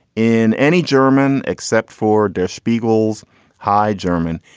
in any german except for there spiegel's high german,